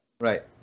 Right